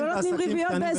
אנחנו לא נותנים ריביות ב-20%,